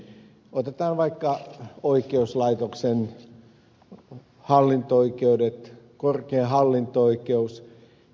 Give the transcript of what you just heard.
otetaan vaikka oikeuslaitoksen hallinto oikeudet korkein hallinto oikeus